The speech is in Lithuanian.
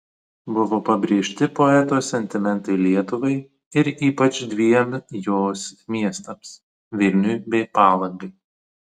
buvo pabrėžti poeto sentimentai lietuvai ir ypač dviem jos miestams vilniui bei palangai